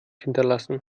hinterlassen